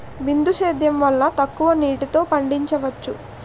బిందు సేద్యం వల్ల తక్కువ నీటితో పండించవచ్చు